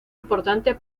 importante